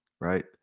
right